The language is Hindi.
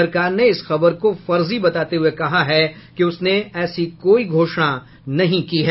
सरकार ने इस खबर को फर्जी बताते हुए कहा है कि उसने ऐसी कोई घोषणा नहीं की है